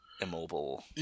immobile